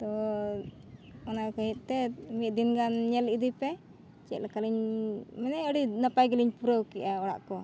ᱛᱚ ᱚᱱᱟ ᱠᱷᱟᱹᱛᱤᱨ ᱛᱮ ᱢᱤᱫ ᱫᱤᱱ ᱜᱟᱱ ᱧᱮᱞ ᱤᱫᱤ ᱯᱮ ᱪᱮᱫ ᱞᱮᱠᱟᱞᱤᱧ ᱢᱟᱱᱮ ᱟᱹᱰᱤ ᱱᱟᱯᱟᱭ ᱜᱮᱞᱤᱧ ᱯᱩᱨᱟᱹᱣ ᱠᱮᱜᱼᱟ ᱚᱲᱟᱜ ᱠᱚ